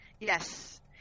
Yes